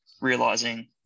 realizing